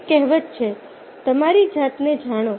એક કહેવત છે તમારી જાતને જાણો